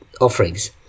offerings